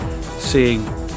seeing